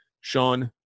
Sean